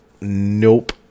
Nope